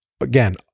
Again